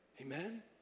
Amen